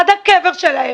עד הקבר שלהם.